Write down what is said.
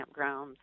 campgrounds